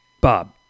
Bob